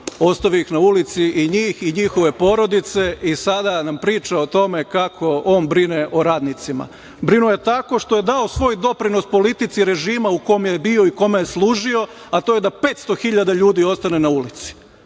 Ostavio je na ulici i njih i njihove porodice i sada nam priča o tome kako on brine o radnicima. Brinuo je tako što je dao svoj doprinos politici režima u kome je bio i kome je služio, a to je da 500.000 ljudi ostane na ulici,